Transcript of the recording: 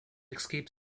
escape